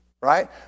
Right